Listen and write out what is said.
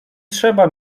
trzeba